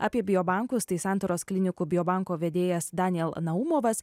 apie biobankus tai santaros klinikų biobanko vedėjas daniel naumovas